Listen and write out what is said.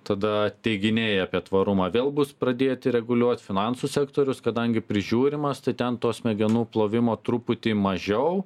tada teiginiai apie tvarumą vėl bus pradėti reguliuot finansų sektorius kadangi prižiūrimas tai ten to smegenų plovimo truputį mažiau